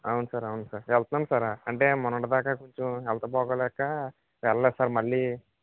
అవును సార్ అవును సార్ వెళ్తున్నాను సార్ అంటే మొన్నటి దాకా కూడా కొంచెం హెల్త్ బాగులేక వెళ్ళలేదు సార్ మళ్ళీ